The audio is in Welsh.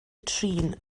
trin